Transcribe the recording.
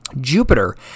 Jupiter